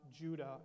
Judah